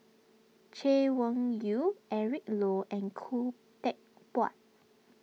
Chay Weng Yew Eric Low and Khoo Teck Puat